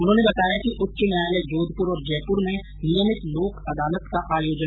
उन्होंने बताया कि उच्च न्यायालय जोधपुर और जयपुर में नियमित लोक अदालत का आयोजन होगा